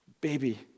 Baby